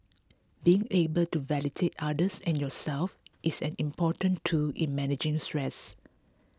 being able to validate others and yourself is an important tool in managing stress